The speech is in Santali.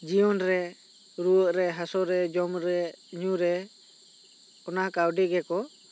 ᱡᱤᱭᱚᱱᱨᱮ ᱨᱩᱭᱟᱹᱜ ᱨᱮ ᱦᱟᱹᱥᱩᱜ ᱨᱮ ᱡᱚᱢ ᱨᱮ ᱧᱩᱨᱮ ᱚᱱᱟ ᱠᱟᱹᱣᱰᱤ ᱜᱮᱠᱚ